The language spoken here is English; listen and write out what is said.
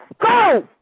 Go